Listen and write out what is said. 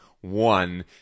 one